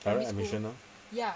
admission lor